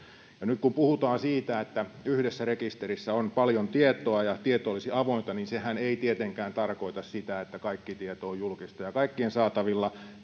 ja nyt kun puhutaan siitä että yhdessä rekisterissä on paljon tietoa ja tieto olisi avointa niin sehän ei tietenkään tarkoita sitä että kaikki tieto on julkista ja kaikkien saatavilla